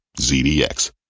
ZDX